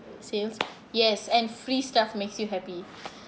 sales yes and free stuff makes you happy